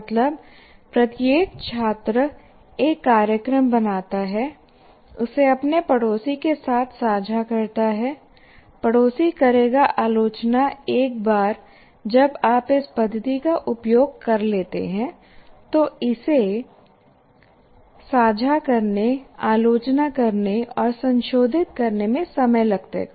मतलब प्रत्येक छात्र एक कार्यक्रम बनाता है उसे अपने पड़ोसी के साथ साझा करता है पड़ोसी करेगा आलोचना एक बार जब आप इस पद्धति का उपयोग कर लेते हैं तो इसे साझा करने आलोचना करने और संशोधित करने में समय लगता है